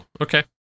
okay